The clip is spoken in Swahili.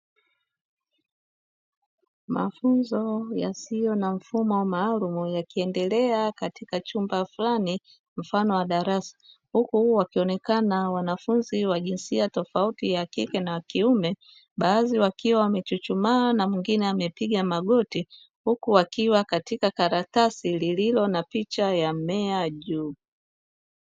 Mafunzo yasiyo na mfumo maalumu yakiendelea katika chumba fulani mfano wa darasa, huku wakionekana wanafunzi wa jinsia tofauti ya kike na wa kiume, baadhi wakiwa wamechuchumaa na mwingine amepiga magoti huku wakiwa katika karatasi lililo na picha ya mmea juu.